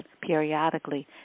periodically